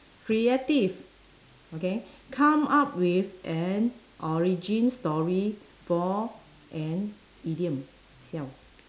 creative okay come up with an origin story for an idiom siao